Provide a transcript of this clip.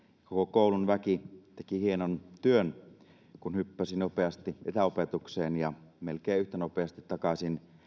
koulun väki tekivät hienon työn kun hyppäsivät nopeasti etäopetukseen ja melkein yhtä nopeasti takaisin